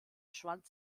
schwanz